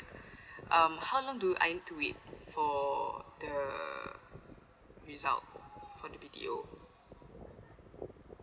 um how long do I need to wait for the result for the B_T_O